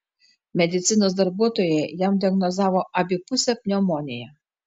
medicinos darbuotojai jam diagnozavo abipusę pneumoniją